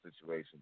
situation